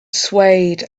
swayed